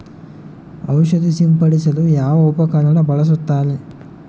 ಔಷಧಿ ಸಿಂಪಡಿಸಲು ಯಾವ ಉಪಕರಣ ಬಳಸುತ್ತಾರೆ?